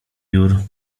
jur